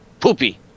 Poopy